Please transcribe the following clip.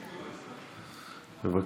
בבקשה.